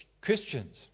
Christians